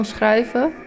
schrijven